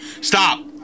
Stop